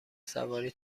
سواری